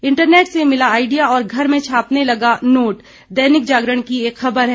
internet से मिला idea और घर में छापने लगा नोट दैनिक जागरण की एक खबर है